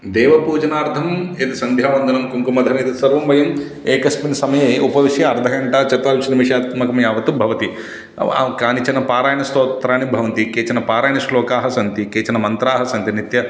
देवपूजनार्थं यद् सन्ध्यावन्दनं कुङ्कुमधारणम् एतत्सर्वम् वयम् एकस्मिन् समये उपविश्य अर्धघण्टा चत्वारिंशत् निमेषात्मकं यावत् भवति कानिचन पारायणस्तोत्राणि भवन्ति केचन पारायणश्लोकाः सन्ति केचन मन्त्राः सन्ति नित्यम्